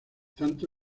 tanto